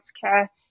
care